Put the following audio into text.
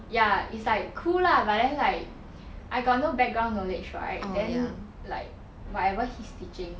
ya it's like cool lah but then like I got no background knowledge right then like whatever he is teaching